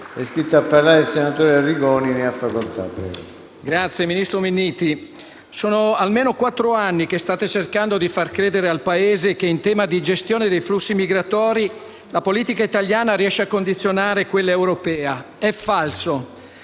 Presidente, ministro Minniti, sono almeno quattro anni che state cercando di far credere al Paese che in tema di gestione dei flussi migratori la politica italiana riesce a condizionare quella europea. È falso!